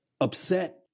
upset